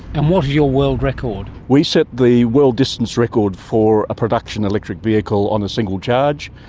and what is your world record? we set the world distance record for a production electric vehicle on a single charge.